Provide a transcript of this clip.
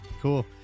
Cool